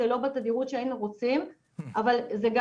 זה שזה לא בתדירות שהיינו רוצים,